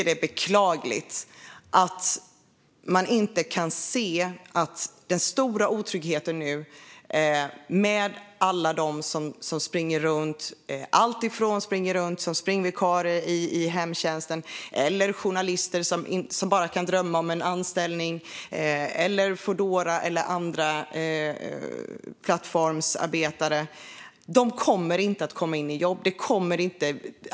Det är beklagligt att man inte kan se den stora otryggheten för alla springvikarier i hemtjänst, journalister som bara kan drömma om en anställning, i Foodora eller andra plattformsarbetare. De kommer inte att få jobb.